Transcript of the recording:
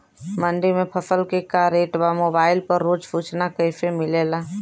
मंडी में फसल के का रेट बा मोबाइल पर रोज सूचना कैसे मिलेला?